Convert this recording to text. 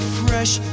fresh